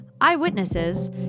eyewitnesses